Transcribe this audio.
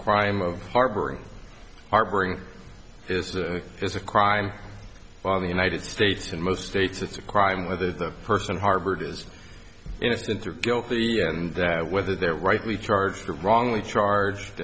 crime of harboring harboring is a crime of the united states in most states it's a crime whether the person harbored is innocent or guilty and whether they're right we charge the wrongly charged